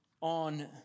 on